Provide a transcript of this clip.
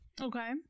Okay